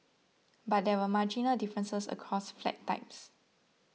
but there were marginal differences across flat types